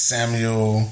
Samuel